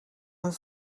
een